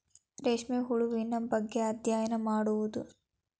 ರೇಶ್ಮೆ ಹುಳುವಿನ ಬಗ್ಗೆ ಅದ್ಯಯನಾ ಮಾಡುದು